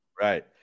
right